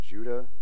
Judah